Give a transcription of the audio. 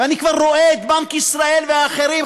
ואני כבר רואה את בנק ישראל ואחרים,